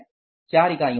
4 इकाइयों का